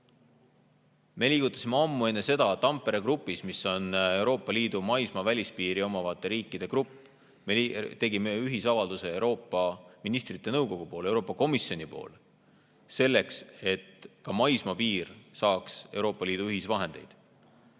Me liigutasime ammu enne seda Tampere grupis, mis on Euroopa Liidu maismaa välispiiri omavate riikide grupp. Me tegime ühisavalduse Euroopa Ministrite Nõukogule ja Euroopa Komisjonile, selleks et ka maismaapiir saaks Euroopa Liidu ühisvahendeid.